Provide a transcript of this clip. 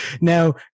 now